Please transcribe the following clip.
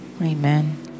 Amen